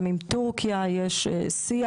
גם עם טורקיה יש שיח.